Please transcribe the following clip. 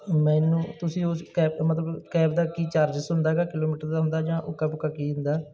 ਮੈਨੂੰ ਤੁਸੀਂ ਉਸ ਕੈਬ ਮਤਲਬ ਕੈਬ ਦਾ ਕੀ ਚਾਰਜਿਸ ਹੁੰਦਾ ਹੈਗਾ ਕਿਲੋਮੀਟਰ ਦਾ ਹੁੰਦਾ ਜਾਂ ਉੱਕਾ ਪੱਕਾ ਕੀ ਹੁੰਦਾ